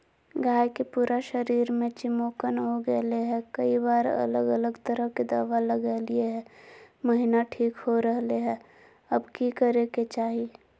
गाय के पूरा शरीर में चिमोकन हो गेलै है, कई बार अलग अलग तरह के दवा ल्गैलिए है महिना ठीक हो रहले है, अब की करे के चाही?